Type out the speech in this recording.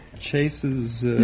Chase's